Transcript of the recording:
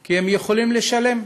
כי הם יכולים לשלם,